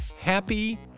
Happy